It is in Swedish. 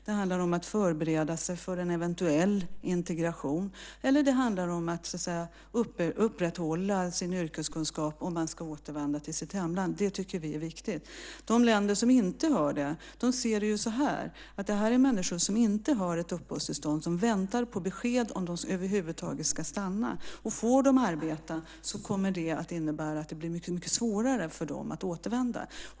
Det handlar om att förbereda sig för en eventuell integration eller om att upprätthålla sin yrkeskunskap om man ska återvända till sitt hemland. Det tycker vi är viktigt. De länder som inte har det ser det så här: Det här är människor som inte har ett uppehållstillstånd, som väntar på besked om de över huvud taget ska stanna. Får de arbeta kommer det att innebära att det blir mycket svårare för dem att återvända.